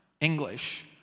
English